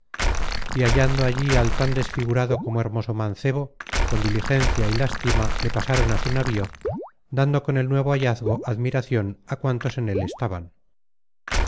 y hallando allí al tan desfigurado como hermoso mancebo con diligencia y lástima le pasaron á su navío dando con el nuevo hallazgo admiracion á cuantos en el estaban